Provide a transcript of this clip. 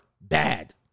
bad